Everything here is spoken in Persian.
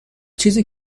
چیزی